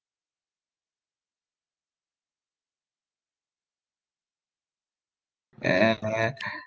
uh uh